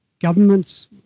governments